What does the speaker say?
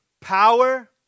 power